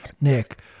Nick